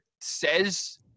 says